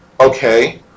okay